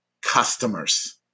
customers